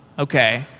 okay.